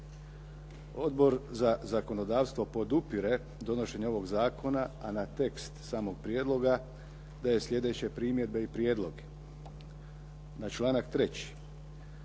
Odbor za zakonodavstvo podupire donošenje ovog zakona, a na tekst samog prijedloga daje sljedeće primjedbe i prijedloge. Na članak 3.